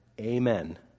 amen